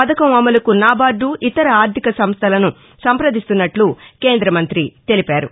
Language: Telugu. పథకం అమలుకు నాబార్దు ఇతర ఆర్లిక సంస్టలను సంప్రదిస్తున్నట్ల కేందమంతి తెలిపారు